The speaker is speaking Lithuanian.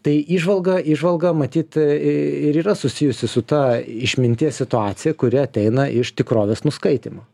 tai įžvalga įžvalga matyt aaa ir yra susijusi su ta išminties situacija kuri ateina iš tikrovės nuskaitymo